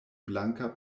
blanka